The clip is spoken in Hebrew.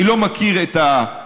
אני לא מכיר את הפרטים,